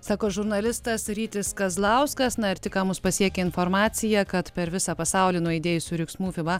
sako žurnalistas rytis kazlauskas na ir tik ką mus pasiekė informacija kad per visą pasaulį nuaidėjusių riksmų fiba